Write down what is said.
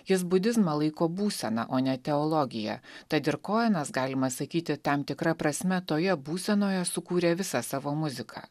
jis budizmą laiko būsena o ne teologija tad ir koenas galima sakyti tam tikra prasme toje būsenoje sukūrė visą savo muziką